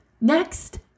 Next